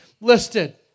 listed